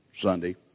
Sunday